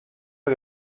que